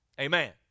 Amen